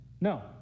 No